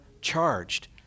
charged